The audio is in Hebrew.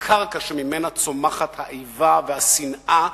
בקרקע שממנה צומחות האיבה והשנאה,